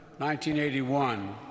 1981